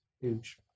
huge